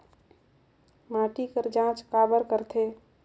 माटी कर जांच काबर करथे?